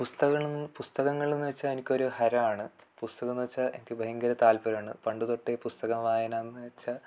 പുസ്തകങ്ങൾ പുസ്തകങ്ങളെന്ന് വെച്ചാൽ എനിക്കൊരു ഹരമാണ് പുസ്തകമെന്നു വെച്ചാൽ എനിക്ക് ഭയങ്കര താത്പര്യമാണ് പണ്ട് തൊട്ടേ പുസ്തകം വായനയെന്നു വെച്ചാൽ